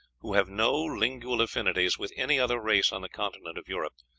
who have no lingual affinities with any other race on the continent of europe,